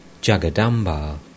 Jagadamba